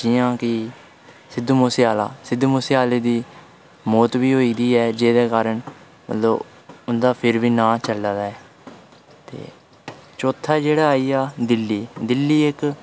जि'यां की सिद्धू मूसेआह्ला सिद्धू मुसेआह्ले दी मौत बी होई दी ऐ जेह्दे कारण लोक उ'न्दा फिर बी नांऽ चला दा ऐ ते चौथा जेह्ड़ा आइया दिल्ली दिल्ली इक